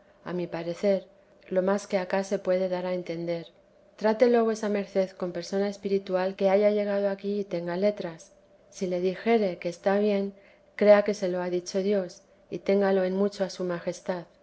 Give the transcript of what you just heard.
a mi parecer lo más que acá se puede dar a entender trátelo vuesa merced con persona espiritual que haya llegado aquí y tenga letras si le dijere que está bien crea que se lo ha dicho dios y téngalo en mucho a su majestad